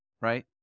right